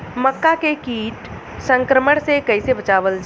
मक्का के कीट संक्रमण से कइसे बचावल जा?